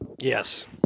Yes